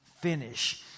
finish